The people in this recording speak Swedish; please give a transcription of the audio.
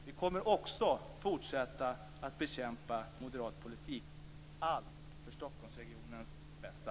Vi kommer också att fortsätta att bekämpa moderat politik, allt för Stockholmsregionens bästa.